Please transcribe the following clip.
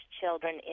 children